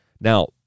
Now